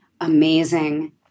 amazing